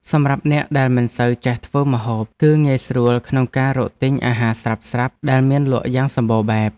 សម្រាប់អ្នកដែលមិនសូវចេះធ្វើម្ហូបគឺងាយស្រួលក្នុងការរកទិញអាហារស្រាប់ៗដែលមានលក់យ៉ាងសម្បូរបែប។